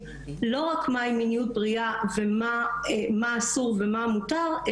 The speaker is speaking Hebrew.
לא רק מה היא מיניות בריאה ומה אסור ומותר,